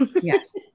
Yes